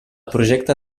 projecte